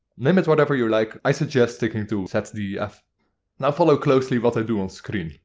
name it whatever you like, i suggest sticking to zdf. now follow closely what i do on screen.